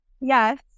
yes